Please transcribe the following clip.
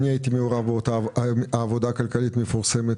אני הייתי מעורב באותה עבודה כלכלית מפורסמת,